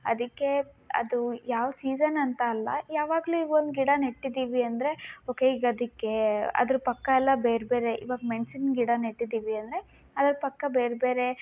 ಅದಕ್ಕೇ ಅದು ಯಾವ ಸೀಸನ್ ಅಂತ ಅಲ್ಲ ಯಾವಾಗಲೂ ಈ ಒಂದು ಗಿಡ ನೆಟ್ಟಿದ್ದೀವಿ ಅಂದರೆ ಓಕೆ ಈಗ ಅದಕ್ಕೇ ಅದರ ಪಕ್ಕ ಎಲ್ಲ ಬೇರೆ ಬೇರೆ ಇವಾಗ ಮೆಣ್ಸಿನ ಗಿಡ ನೆಟ್ಟಿದ್ದೀವಿ ಅಂದರೆ ಅದ್ರ ಪಕ್ಕ ಬೇರೆ ಬೇರೆ